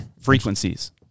frequencies